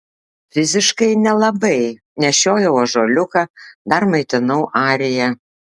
fiziškai nelabai nešiojau ąžuoliuką dar maitinau ariją